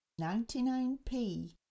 99p